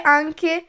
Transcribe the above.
anche